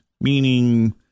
meaning